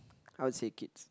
I would say kids